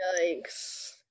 Yikes